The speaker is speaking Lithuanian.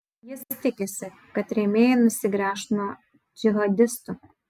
jis tikisi kad rėmėjai nusigręš nuo džihadistų